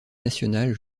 nationale